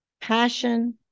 passion